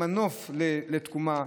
כמנוף לתקומה,